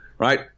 Right